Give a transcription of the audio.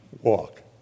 walk